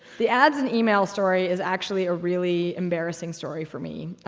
the ads in email story is actually a really embarrassing story for me.